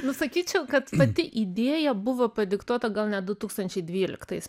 nu sakyčiau kad pati idėja buvo padiktuota gal net du tūkstančiai dvyliktais